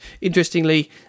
Interestingly